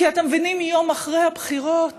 כי אתם מבינים שיום אחרי הבחירות